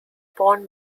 born